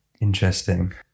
Interesting